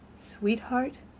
sweetheart,